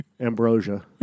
Ambrosia